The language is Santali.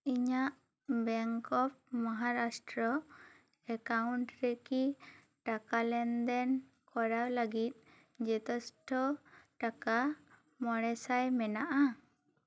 ᱤᱧᱟᱹᱜ ᱵᱮᱝᱠ ᱳᱯ ᱢᱚᱦᱟᱨᱟᱥᱴᱨᱚ ᱮᱠᱟᱣᱩᱴ ᱨᱮᱠᱤ ᱴᱟᱠᱟ ᱞᱮᱱᱫᱮᱱ ᱠᱚᱨᱟᱣ ᱞᱟᱹᱜᱤᱫ ᱡᱮᱛᱮᱥᱴᱷᱚ ᱴᱟᱠᱟ ᱢᱟᱬᱮᱥᱟᱭ ᱢᱮᱱᱟᱜᱼᱟ